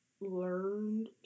learned